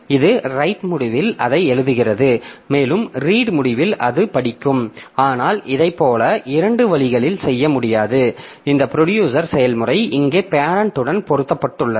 இது ரைட் முடிவில் அதை எழுதுகிறது மேலும் ரீட் முடிவில் அது படிக்கும் ஆனால் இதைப் போல இரண்டு வழிகளில் செய்ய முடியாது இந்த ப்ரொடியூசர் செயல்முறை இங்கே பேரெண்ட் உடன் பொருத்தப்பட்டுள்ளது